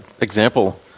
example